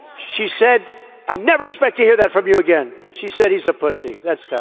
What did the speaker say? she said i never expect to hear that from you again. she said he's a pussy. that's